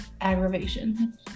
aggravation